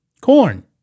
Corn